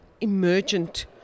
emergent